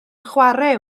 chwarae